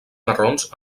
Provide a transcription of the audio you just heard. marrons